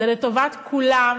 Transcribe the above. זה לטובת כולם